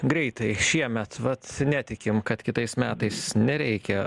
greitai šiemet vat netikim kad kitais metais nereikia